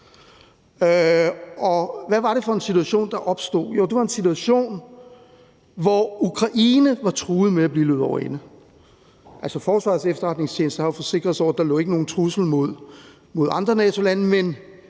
hvad var det for en situation, der opstod? Jo, det var en situation, hvor Ukraine var truet med at blive løbet over ende. Altså, Forsvarets Efterretningstjeneste har jo forsikret os om, at der ikke lå nogen trussel mod andre NATO-lande og